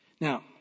Now